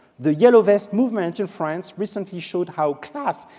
the yellow vest movement in france recently showed how class,